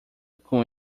com